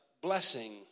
blessing